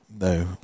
No